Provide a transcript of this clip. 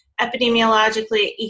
epidemiologically